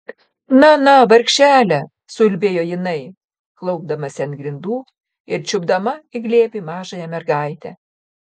na na vargšele suulbėjo jinai klaupdamasi ant grindų ir čiupdama į glėbį mažąją mergaitę